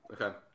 Okay